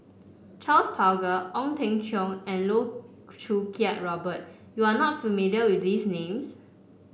Charles Paglar Ong Teng Cheong and Loh Choo Kiat Robert you are not familiar with these names